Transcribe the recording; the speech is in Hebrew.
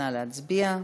נא להצביע.